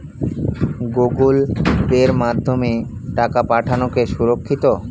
Google পের মাধ্যমে টাকা পাঠানোকে সুরক্ষিত?